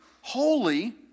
holy